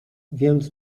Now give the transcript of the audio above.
więc